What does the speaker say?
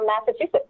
Massachusetts